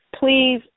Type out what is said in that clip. please